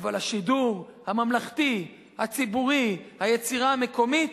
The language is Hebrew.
אבל השידור הממלכתי, הציבורי, היצירה המקומית,